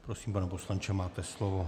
Prosím, pane poslanče, máte slovo.